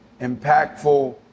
impactful